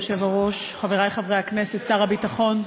חברי היושב-ראש, חברי חברי הכנסת, שר הביטחון,